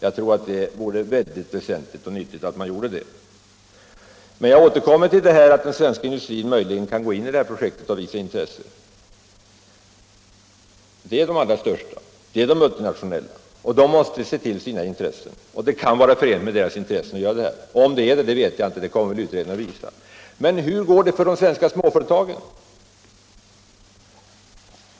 Jag tror att det vore mycket nyttigt att man gjorde så. Jag återkommer till detta att den svenska industrin möjligen kan gå in i detta projekt. Det gäller de allra största företagen, de multinationella företagen. Dessa måste se till sina intressen och om det kan vara förenligt med dem att medverka. Om det är så vet jag inte — det kommer väl utredningen att visa. Men hur går det för de svenska småföretagen?